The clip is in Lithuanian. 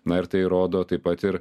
na ir tai rodo taip pat ir